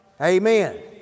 Amen